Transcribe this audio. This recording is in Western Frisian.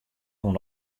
oan